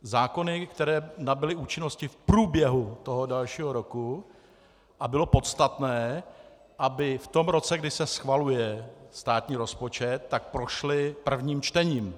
Zákony, které nabyly účinnosti v průběhu toho dalšího roku a bylo podstatné, aby v tom roce, kdy se schvaluje státní rozpočet, tak prošly prvním čtením.